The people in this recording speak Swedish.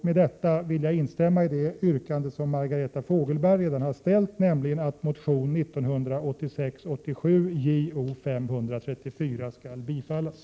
Med detta vill jag instämma i det yrkande som Margareta Fogelberg redan har framställt, nämligen att motion 1986/87:J0534 skall bifallas.